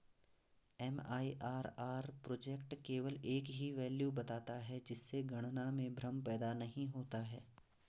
MIRR project केवल एक ही वैल्यू बताता है जिससे गणना में भ्रम पैदा नहीं होता है